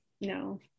no